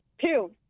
two